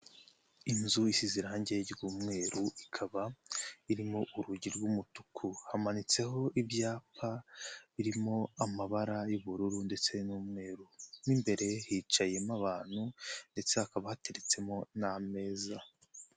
Inzu isize irangiye ry'umweru, ikaba irimo urugi rw'umutuku, hamanitseho ibyapa birimo amabara y'ubururu ndetse n'umweru, mo imbere hicayemo abantu ndetse hakaba hateritsemo n'ameza.